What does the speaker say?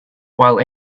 while